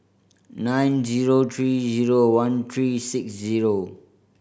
nine zero three zero one three six zero